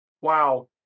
wow